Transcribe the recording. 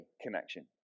connection